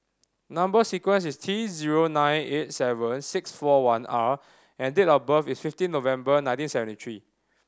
number sequence is T zero nine eight seven six four one R and date of birth is fifteen November nineteen seventy three